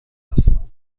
هستم